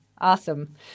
Awesome